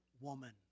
woman